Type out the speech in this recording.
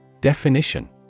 Definition